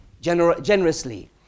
generously